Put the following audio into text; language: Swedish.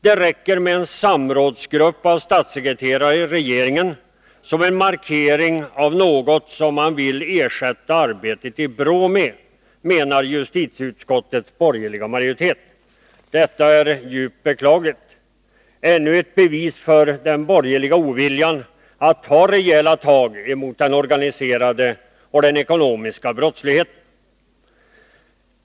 Det räcker med en samrådsgrupp av statssekreterare i regeringen som en markering av något som man vill ersätta arbetet i BRÅ med, menar justitieutskottets borgerliga majoritet. Det är djupt beklagligt och ännu ett bevis för den borgerliga oviljan att ta reella tag mot den organiserade och den ekonomiska brottsligheten.